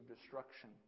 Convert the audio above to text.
destruction